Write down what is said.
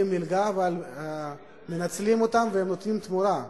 מלגה אבל מנצלים אותם והם נותנים תמורה.